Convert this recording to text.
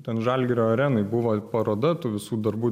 ten žalgirio arenoj buvo paroda tų visų darbų